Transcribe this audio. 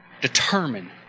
determine